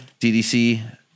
DDC